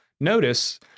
notice